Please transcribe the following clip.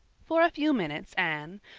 for a few minutes anne,